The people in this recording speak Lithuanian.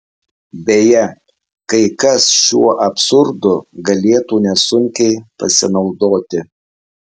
beje kai kas šiuo absurdu galėtų nesunkiai pasinaudoti